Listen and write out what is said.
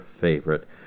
favorite